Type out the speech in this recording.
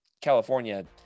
California